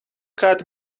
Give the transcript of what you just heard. cat